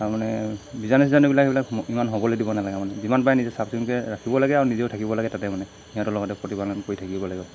তাৰমানে বিজাণু চিজণুবিলাক সেইবিলাক ইমান হ'বলৈ দিব নালাগে আৰু মানে যিমান পাৰে নিজে চাফ চিকুণকৈ ৰাখিবও লাগে আৰু নিজেও থাকিব লাগে তাতে মানে সিহঁতৰ লগতে প্ৰতিপালন কৰি থাকিব লাগিব